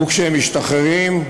וכשהם משתחררים,